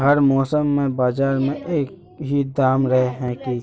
हर मौसम में बाजार में एक ही दाम रहे है की?